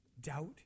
Doubt